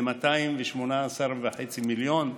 זה 218.5 מיליון,